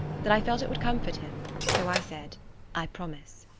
that i felt it would comfort him, so i said i promise.